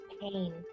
pain